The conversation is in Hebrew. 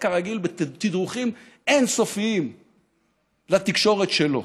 כרגיל בתדרוכים אין-סופיים לתקשורת שלו.